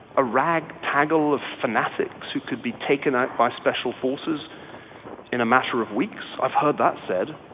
a rag taggle of fanatics who could be taken out by special forces in a matter of weeks. i've heard that said.